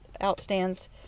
outstands